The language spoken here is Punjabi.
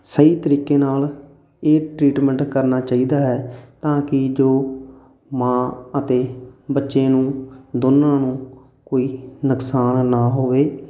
ਸਹੀ ਤਰੀਕੇ ਨਾਲ ਇਹ ਟ੍ਰੀਟਮੈਂਟ ਕਰਨਾ ਚਾਹੀਦਾ ਹੈ ਤਾਂ ਕਿ ਜੋ ਮਾਂ ਅਤੇ ਬੱਚੇ ਨੂੰ ਦੋਨਾਂ ਨੂੰ ਕੋਈ ਨੁਕਸਾਨ ਨਾ ਹੋਵੇ